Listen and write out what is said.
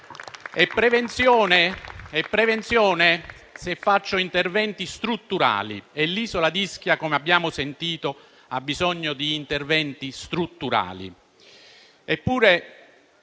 Prevenzione vuol dire fare interventi strutturali e l'isola di Ischia - come abbiamo sentito - ha bisogno di interventi strutturali.